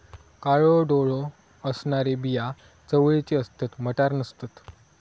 काळो डोळो असणारी बिया चवळीची असतत, मटार नसतत